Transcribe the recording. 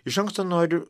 iš anksto noriu